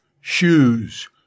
shoes